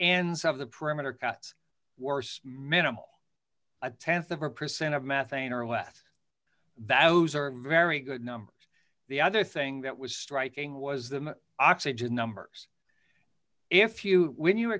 some of the perimeter cuts were minimal a th of a percent of methane or less valves are very good numbers the other thing that was striking was the oxygen numbers if you when you